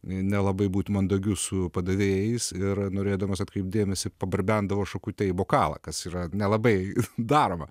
nelabai būt mandagiu su padavėjais ir norėdamas atkreipt dėmesį pabarbendavo šakute į bokalą kas yra nelabai daroma